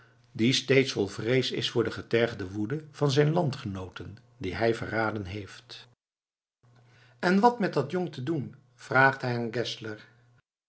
die steeds vol vrees is voor de getergde woede van zijne landgenooten die hij verraden heeft en wat met dat jong te doen vraagt hij aan geszler